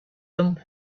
them